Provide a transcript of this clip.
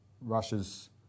Russia's